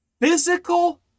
physical